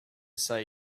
say